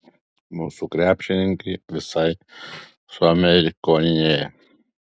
mūsų krepšininkai visai suamerikonėja